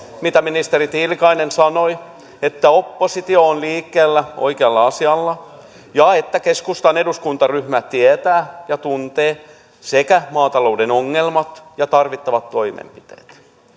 mitä ministeri tiilikainen sanoi että oppositio on liikkeellä oikealla asialla ja että keskustan eduskuntaryhmä tietää ja tuntee maatalouden ongelmat ja tarvittavat toimenpiteet